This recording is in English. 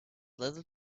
little